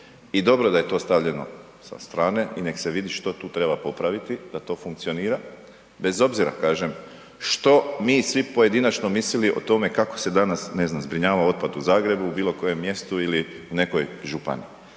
i dobro da je to stavljeno sa strane i nek se vidi što tu treba popraviti da to funkcionira bez obzira kažem što mi svi pojedinačno mislili o tome kako se danas ne znam, zbrinjava otpad u Zagrebu, u bilokojem mjestu ili nekoj županiji.